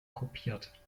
kopiert